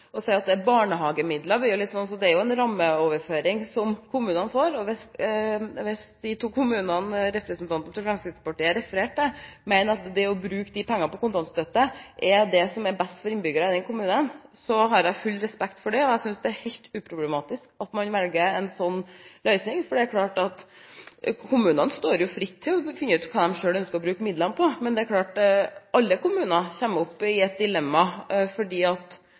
det er jo en rammeoverføring kommunene får – og hvis de to kommunene representanten fra Fremskrittspartiet refererte til, mener at det å bruke de pengene på kontantstøtte er det som er best for innbyggerne i den kommunen, har jeg full respekt for det. Jeg synes det er helt uproblematisk at man velger en sånn løsning, for det er klart at kommunene står fritt til å finne ut hva de selv ønsker å bruke midlene på. Men det er klart at alle kommuner kommer i et dilemma, for det er mange lovpålagte oppgaver, og da er det ofte sånn at